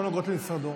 שלא נוגעות למשרדו.